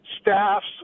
staffs